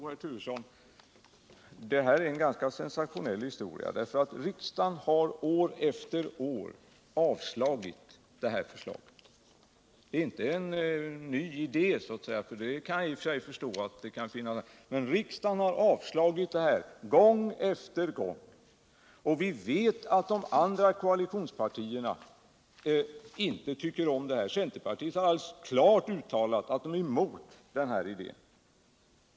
Herr talman! Detta är en ganska sensationell historia. Riksdagen har år efter år avslagit detta förslag. Det är inte en ny idé. Vi vet att de andra koalitionspartierna inte tycker om förslaget. Centerpartiet har klart uttalat att det är emot idén.